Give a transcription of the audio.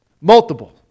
Multiple